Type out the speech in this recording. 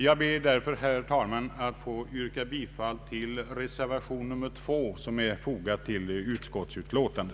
Jag ber därför, herr talman, att få yrka bifall till reservation nr 2 vid utskottets utlåtande.